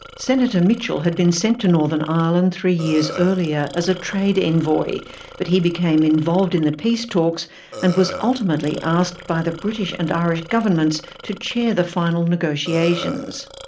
senator mitchell had been sent to northern ireland three years earlier as a trade envoy but he became involved in the peace talks and was ultimately asked by the british and irish governments to chair the final negotiations.